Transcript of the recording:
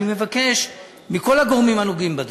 אני מבקש מכל הגורמים הנוגעים בדבר,